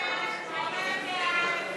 לשנת הכספים 2018,